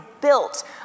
built